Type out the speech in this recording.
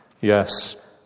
Yes